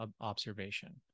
observation